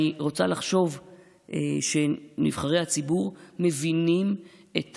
אני רוצה לחשוב שנבחרי הציבור מבינים את